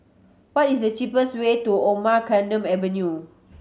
what is the cheapest way to Omar Khayyam Avenue